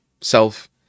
self